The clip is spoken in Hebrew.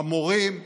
המורים,